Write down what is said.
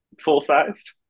full-sized